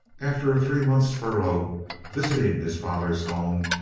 after a three months' furlough visiting his father's home,